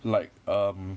like um